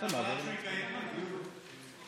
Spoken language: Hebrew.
אני דווקא חושב שזה לוועדת